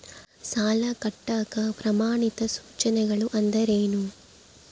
ಸಾಲ ಕಟ್ಟಾಕ ಪ್ರಮಾಣಿತ ಸೂಚನೆಗಳು ಅಂದರೇನು?